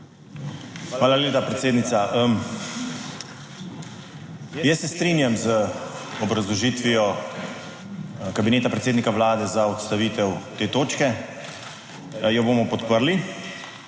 Hvala lepa, predsednica. Jaz se strinjam z obrazložitvijo kabineta predsednika Vlade za odstavitev te točke. Jo bomo podprli.